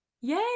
Yay